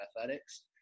Athletics